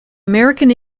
american